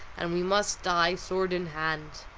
and we must die sword in hand.